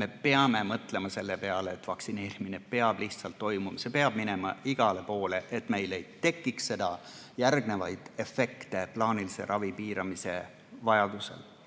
me peame mõtlema selle peale, et vaktsineerimine lihtsalt peab toimuma, see peab jõudma igale poole, et meil ei tekiks järgmisi efekte plaanilise ravi piiramise tõttu.